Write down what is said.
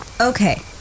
Okay